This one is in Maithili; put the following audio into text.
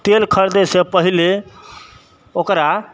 तेल खरिदैसँ पहिले ओकरा